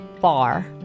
bar